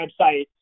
website